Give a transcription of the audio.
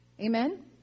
Amen